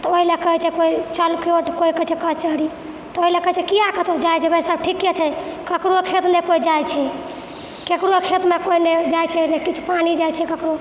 तऽ ओहिलए कहै छै कोइ चल कोर्ट कोइ कहै छै कचहरी तऽ ओहिलए कहै छै किए कतौ जाइ जेबै सब ठीके छै ककरो खेत ने कोइ जाइ छै केकरो खेत मे कोई नहि जाइ छै किछु पानि जाइ छै ककरो